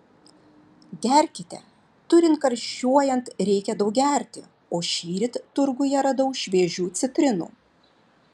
gerkite turint karščiuojant reikia daug gerti o šįryt turguje radau šviežių citrinų